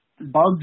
bugs